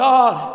God